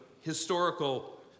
historical